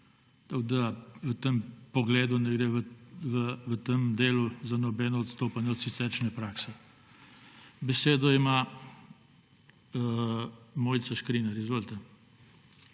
V tem pogledu ne gre v tem delu za nobeno odstopanje od siceršnje prakse. Besedo ima Mojca Škrinjar. Izvolite.